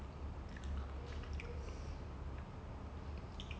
I think ten ten to thirteen I don't remember but like